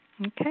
Okay